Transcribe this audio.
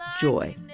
joy